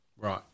Right